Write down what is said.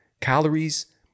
Calories